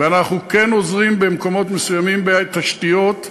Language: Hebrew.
ואנחנו כן עוזרים במקומות מסוימים בתשתיות.